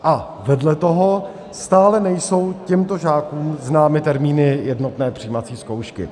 A vedle toho stále nejsou těmto žákům známy termíny jednotné přijímací zkoušky.